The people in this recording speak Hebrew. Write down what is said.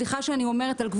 וסליחה שאני אומרת.